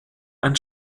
ein